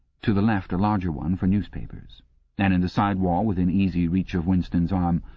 to the left, a larger one for newspapers and in the side wall, within easy reach of winston's arm,